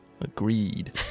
Agreed